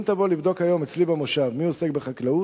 אם תבוא היום לבדוק אצלי במושב מי עוסק בחקלאות,